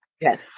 Yes